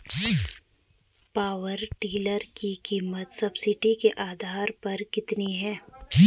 Power tiller की कीमत subsidy के आधार पर कितनी है?